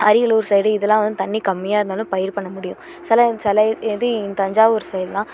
Ariyalur side இதெல்லாம் வந்து தண்ணி கம்மியாக இருந்தாலும் பயிர் பண்ண முடியும் சில சில இது இங்கே தஞ்சாவூர் சைடெல்லாம்